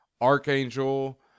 Archangel